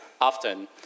often